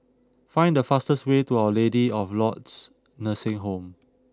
find the fastest way to our Lady of Lourdes Nursing Home